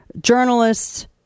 journalists